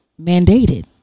mandated